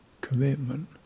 commitment